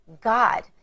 God